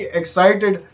excited